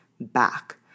back